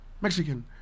Mexican